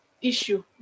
issue